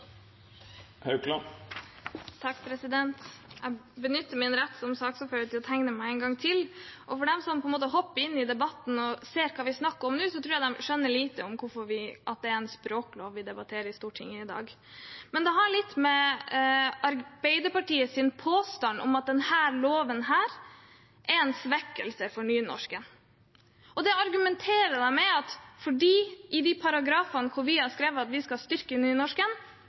Jeg benytter min rett som saksordfører til å tegne meg en gang til. Den som hopper inn i debatten og ser hva vi snakker om nå, tror jeg skjønner lite av at det er en språklov vi debatterer i Stortinget i dag. Det har litt å gjøre med Arbeiderpartiets påstand om at denne loven er en svekkelse av nynorsken. Da argumenterer de med at de paragrafene hvor vi har skrevet at vi skal styrke nynorsken,